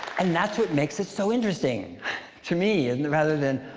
and that's what makes it so interesting to me. and and rather than,